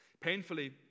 Painfully